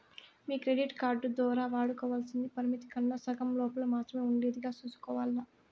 మీ credit card దోరా వాడుకోవల్సింది పరిమితి కన్నా సగం లోపల మాత్రమే ఉండేదిగా సూసుకోవాల్ల